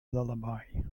lullaby